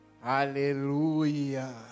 Hallelujah